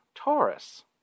Taurus